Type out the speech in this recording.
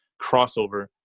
crossover